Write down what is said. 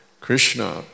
Krishna